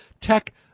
tech